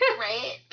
right